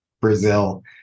Brazil